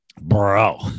Bro